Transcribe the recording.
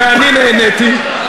ואני נהניתי.